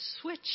switch